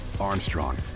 Armstrong